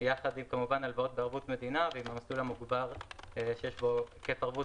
ביחד עם הלוואות בערבות מדינה ועם המסלול המוגבר שיש בו היקף ערבות